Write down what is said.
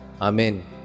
Amen